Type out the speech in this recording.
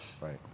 right